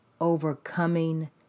Overcoming